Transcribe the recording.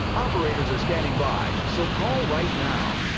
operators are standing by. so call right now.